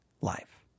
life